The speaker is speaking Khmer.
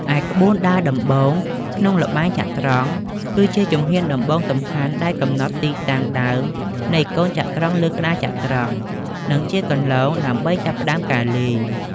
ឯ ក្បួនដើរដំបូង ក្នុងល្បែងចត្រង្គ គឺជាជំហានដំបូងសំខាន់ដែលកំណត់ទីតាំងដើមនៃកូនចត្រង្គលើក្ដារចត្រង្គ និងជាគន្លងដើម្បីចាប់ផ្តើមការលេង។